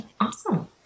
Awesome